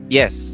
yes